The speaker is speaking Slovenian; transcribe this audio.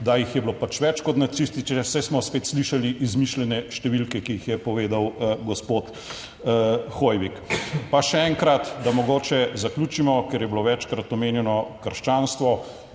da jih je bilo pač več kot nacistične, saj smo spet slišali izmišljene številke, ki jih je povedal Gospod Hoivik. Pa še enkrat, da mogoče zaključimo, ker je bilo večkrat omenjeno krščanstvo.